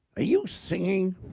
ah you singing?